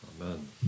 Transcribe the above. Amen